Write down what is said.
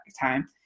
time